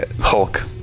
hulk